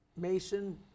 Mason